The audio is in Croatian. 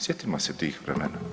Sjetimo se tih vremena.